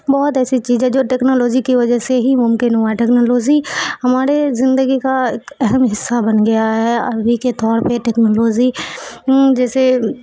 بہت ایسی چیز ہے جو ٹیکنالوجی کی وجہ سے ہی ممکن ہوا ٹیکنالوزی ہمارے زندگی کا ایک اہم حصہ بن گیا ہے ابھی کے طور پہ ٹیکنالوزی جیسے